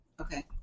Okay